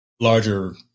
larger